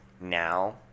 now